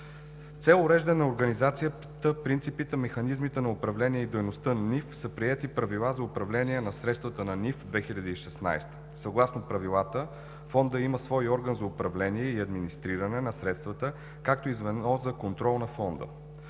цел уреждане организацията, принципите, механизмите на управление и дейността на НИФ са приети Правила за управление на средствата на НИФ 2016. Съгласно правилата Фондът има свой орган за управление и администриране на средствата, както и звено за контрол на Фонда.